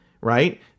right